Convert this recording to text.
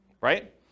Right